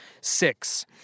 Six